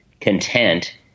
content